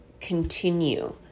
continue